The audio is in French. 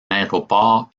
aéroport